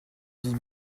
vie